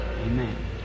Amen